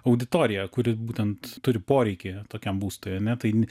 auditoriją kuri būtent turi poreikį tokiam būstui ane tai